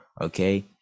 okay